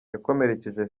yakomerekeje